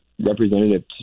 representative